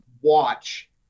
watch